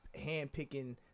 handpicking